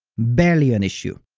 barely an issue.